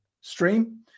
stream